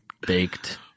baked